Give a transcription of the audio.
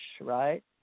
right